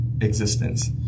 existence